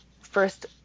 first